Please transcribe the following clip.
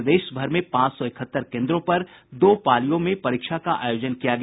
प्रदेश भर में पांच सौ इकहत्तर केन्द्रों पर दो पालियों परीक्षा का आयोजन किया गया